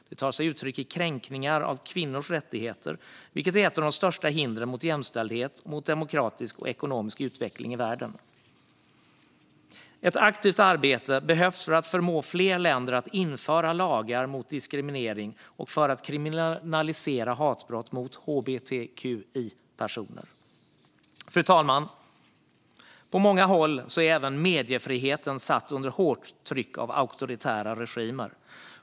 Det tar sig uttryck i kränkningar av kvinnors rättigheter, vilket är ett av de största hindren för jämställdhet och demokratisk och ekonomisk utveckling i världen. Ett aktivt arbete behövs för att förmå fler länder att införa lagar mot diskriminering och för att kriminalisera hatbrott mot hbtqi-personer. Fru talman! På många håll är även mediefriheten satt under hårt tryck av auktoritära regimer.